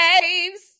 waves